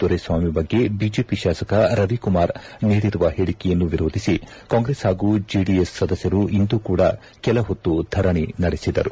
ದೊರೆಸ್ವಾಮಿ ಬಗ್ಗೆ ಬಿಜೆಪಿ ಶಾಸಕ ರವಿಕುಮಾರ್ ನೀಡಿರುವ ಹೇಳಿಕೆಯನ್ನು ವಿರೋಧಿಸಿ ಕಾಂಗ್ರೆಸ್ ಹಾಗೂ ಜೆಡಿಎಸ್ ಸದಸ್ಕರು ಇಂದು ಕೂಡಾ ಕೆಲಹೊತ್ತು ಧರಣಿ ನಡೆಸಿದರು